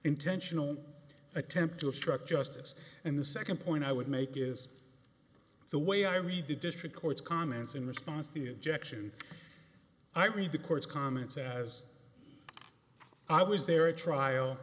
intentional attempt to obstruct justice and the second point i would make is the way i read the district court's comments in response to the objection i read the court's comments as i was there a trial